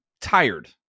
tired